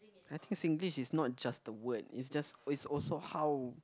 I think Singlish is not just the word it's just it's also how